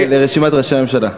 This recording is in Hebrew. לרשימת ראשי הממשלה.